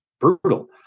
brutal